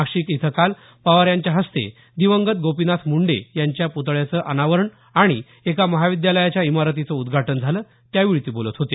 नाशिक इथं काल पवार यांच्या हस्ते दिवंगत गोपीनाथ मुंडे यांच्या पुतळ्याचं अनावरण आणि एका महाविद्यालयाच्या इमारतीचं उद्घाटन झालं त्यावेळी ते बोलत होते